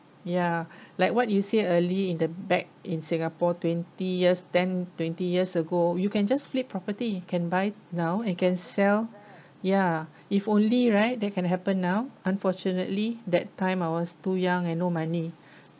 ya like what you said early in the back in singapore twenty years ten twenty years ago you can just flip property can buy now and can sell ya if only right that can happen now unfortunately that time I was too young and no money